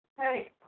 Hey